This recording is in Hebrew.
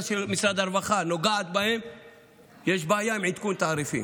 של משרד הרווחה נוגעת בהם יש בעיה עם עדכון תעריפים.